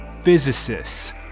physicists